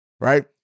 right